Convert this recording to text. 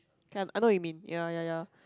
kind I know what you mean ya ya ya